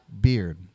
beard